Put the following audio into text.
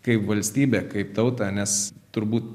kaip valstybę kaip tautą nes turbūt